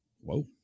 Whoa